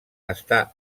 està